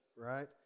Right